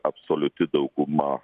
absoliuti dauguma